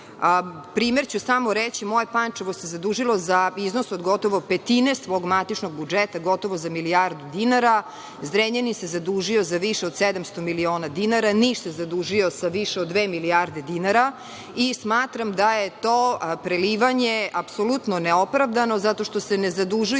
ću samo primer. Moje Pančevo se zadužilo za iznos od gotovo petine svog matičnog budžeta, gotovo za milijardu dinara. Zrenjanin se zadužio za više od 700 miliona dinara. Niš se zadužio za više od dve milijarde dinara. Smatram da je to prelivanje apsolutno neopravdano zato što se ne zadužuju